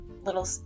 little